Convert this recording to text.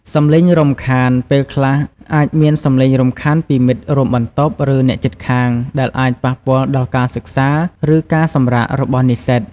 សំឡេងរំខាន ពេលខ្លះអាចមានសំឡេងរំខានពីមិត្តរួមបន្ទប់ ឬអ្នកជិតខាង ដែលអាចប៉ះពាល់ដល់ការសិក្សា ឬការសម្រាករបស់និស្សិត។